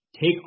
take